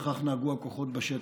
וכך נהגו הכוחות בשטח.